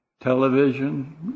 television